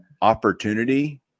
opportunity